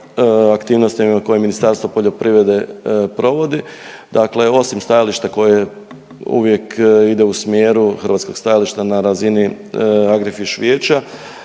aktivnostima koje Ministarstvo poljoprivrede provodi. Dakle, osim stajalište koje uvijek ide u smjeru hrvatskog stajališta na razini AGRIFISH vijeća